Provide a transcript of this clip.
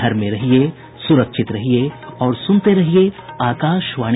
घर में रहिये सुरक्षित रहिये और सुनते रहिये आकाशवाणी